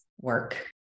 work